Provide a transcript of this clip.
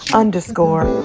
underscore